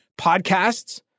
podcasts